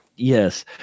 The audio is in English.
Yes